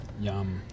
Yum